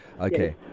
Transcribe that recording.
Okay